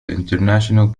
international